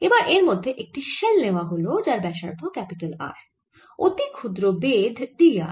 এবার এর মধ্যে একটি শেল নেওয়া হল যার ব্যাসার্ধ ক্যাপিটাল R অতি ক্ষুদ্র বেধ d r